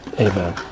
Amen